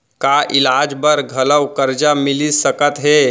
का इलाज बर घलव करजा मिलिस सकत हे?